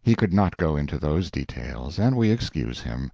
he could not go into those details, and we excuse him